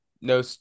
no –